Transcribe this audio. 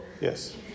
Yes